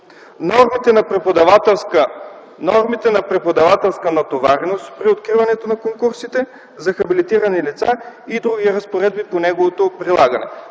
нормите на преподавателска натовареност при откриването на конкурсите за хабилитирани лица и други разпоредби по неговото прилагане.